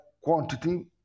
quantity